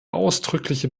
ausdrückliche